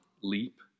Leap